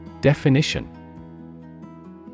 Definition